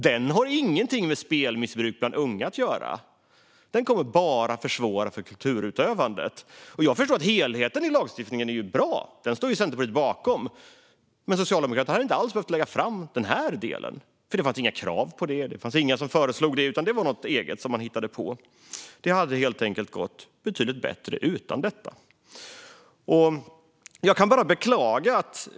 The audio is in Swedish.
Den har ingenting att göra med spelmissbruk bland unga. Det kommer bara att försvåra för kulturutövandet. Jag förstår att helheten i lagstiftningen är bra. Den står Centerpartiet bakom. Men Socialdemokraterna hade inte alls behövt lägga fram förslag om den här delen. Det fanns inga krav på det. Det var inga som föreslog det. Det var något eget som man hittade på. Det hade helt enkelt gått betydligt bättre utan detta. Jag kan bara beklaga detta.